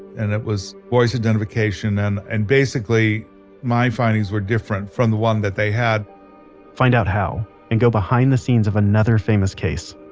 and it was voice identification and and basically my findings were different from the one that they had find out how and go behind the scenes of another famous case.